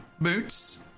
Boots